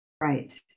Right